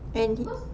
when